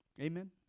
Amen